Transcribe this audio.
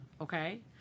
Okay